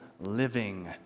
living